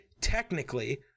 technically